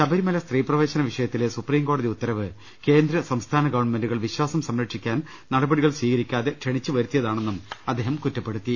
ശ്ബരിമല സ്ത്രീപ്രവേശന വിഷയത്തിലെ സുപ്രീം കോടതി ഉത്തരവ് കേന്ദ്ര സംസ്ഥാന ഗവൺമെന്റുകൾ വിശ്വാസം സംര ക്ഷിക്കാൻ നടപടികൾ സ്പീകരിക്കാതെ ക്ഷണിച്ചു വരുത്തിയതാണെന്നും അദ്ദേഹം പറഞ്ഞു